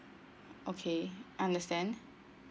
okay I understand